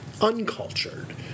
uncultured